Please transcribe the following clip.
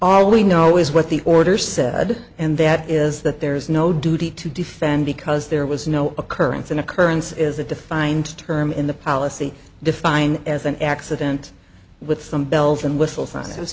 all we know is what the order said and that is that there is no duty to defend because there was no occurrence an occurrence is a defined term in the policy defined as an accident with some bells and whistles that it was